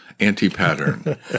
Anti-pattern